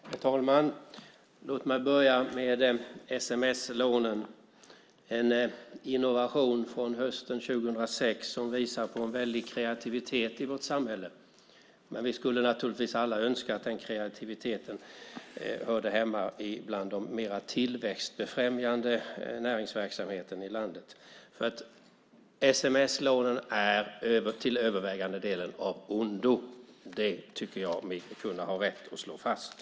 Herr talman! Låt mig börja med sms-lånen, en innovation från hösten 2006 som visar på en väldig kreativitet i vårt samhälle. Men vi skulle naturligtvis alla önska att den kreativiteten hörde hemma bland den mer tillväxtfrämjande näringsverksamheten i landet. Sms-lånen är nämligen till övervägande delen av ondo. Det tycker jag mig kunna ha rätt att slå fast.